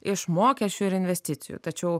iš mokesčių ir investicijų tačiau